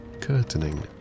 curtaining